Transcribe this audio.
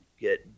Get